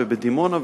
בדימונה,